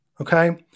okay